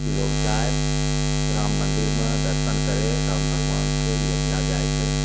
कि लोग जाइ राम मंदिरमे दर्शन करै राम भगवान से अयोध्या जाइके